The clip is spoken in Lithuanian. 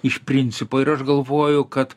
iš principo ir aš galvoju kad